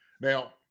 Now